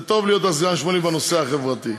זה טוב להיות הסגן של שמולי בנושא החברתי.